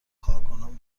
کارکنان